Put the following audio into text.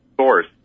source